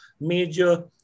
major